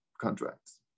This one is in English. contracts